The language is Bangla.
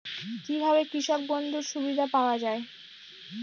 কি ভাবে কৃষক বন্ধুর সুবিধা পাওয়া য়ায়?